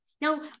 Now